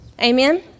Amen